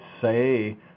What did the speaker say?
say